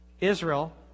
Israel